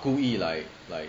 故意 like like